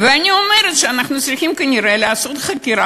ואני אומרת שאנחנו צריכים כנראה לעשות חקירה